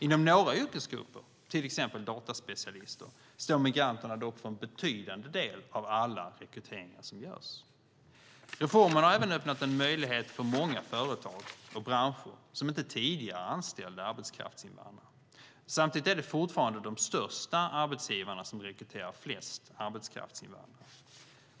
Inom några yrkesgrupper, till exempel dataspecialister, står migranterna dock för en betydande del av alla rekryteringar som görs. Reformen har även öppnat en möjlighet för många företag och branscher som tidigare inte anställde arbetskraftsinvandrare. Samtidigt är det fortfarande de största arbetsgivarna som rekryterar flest arbetskraftsinvandrare.